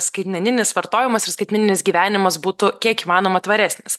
skaitmeninis vartojimas ir skaitmeninis gyvenimas būtų kiek įmanoma tvaresnis